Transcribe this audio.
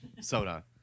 soda